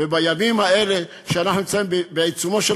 ובימים האלה שאנחנו נמצאים בעיצומו של